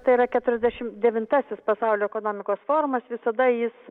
tai yra keturiasdešimt devintasis pasaulio ekonomikos forumas visada jis